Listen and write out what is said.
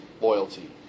loyalty